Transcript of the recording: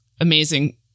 amazing